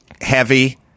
heavy